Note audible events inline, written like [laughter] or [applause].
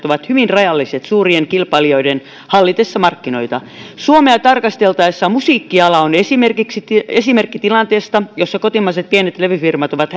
[unintelligible] ovat hyvin rajalliset suurien kilpailijoiden hallitessa markkinoita suomea tarkasteltaessa musiikkiala on esimerkki sellaisesta tilanteesta kotimaiset pienet levyfirmat ovat [unintelligible]